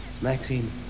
Maxine